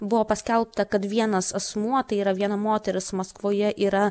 buvo paskelbta kad vienas asmuo tai yra viena moteris maskvoje yra